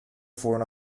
furono